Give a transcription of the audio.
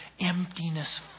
emptiness